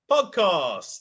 Podcast